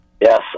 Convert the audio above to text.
Yes